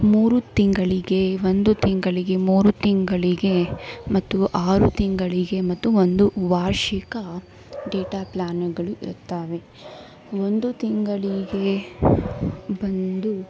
ಮೂರು ತಿಂಗಳಿಗೆ ಒಂದು ತಿಂಗಳಿಗೆ ಮೂರು ತಿಂಗಳಿಗೆ ಮತ್ತು ಆರು ತಿಂಗಳಿಗೆ ಮತ್ತು ಒಂದು ವಾರ್ಷಿಕ ಡೇಟಾ ಪ್ಲಾನುಗಳು ಇರುತ್ತವೆ ಒಂದು ತಿಂಗಳಿಗೆ ಬಂದು